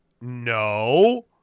No